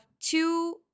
two